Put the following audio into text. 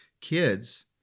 kids